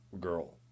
girl